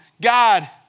God